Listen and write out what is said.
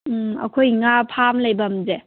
ꯑꯩꯈꯣꯏ ꯉꯥ ꯐꯥꯝ ꯂꯩꯐꯝꯁꯦ